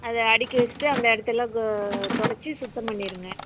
அதை அடுக்கி வச்சிட்டு அந்த இடத்தெல்லாம் துடைச்சி சுத்தம் பண்ணிடுங்க